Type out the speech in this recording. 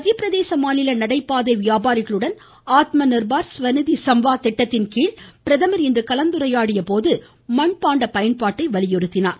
மத்திய பிரதேச மாநில நடைபாதை வியாபாரிகளுடன் ஆத்ம நிர்பார் ஸ்வநிதி ஸம்வாத் திட்டத்தின்கீழ் இன்று பிரதமர் கலந்துரையாடியபோது மண்பாண்ட பயன்பாட்டை வலியுறுத்தினார்